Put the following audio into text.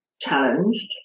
challenged